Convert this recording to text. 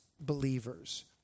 believers